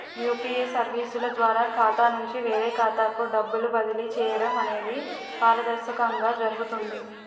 UPA సర్వీసుల ద్వారా ఖాతా నుంచి వేరే ఖాతాకు డబ్బులు బదిలీ చేయడం అనేది పారదర్శకంగా జరుగుతుంది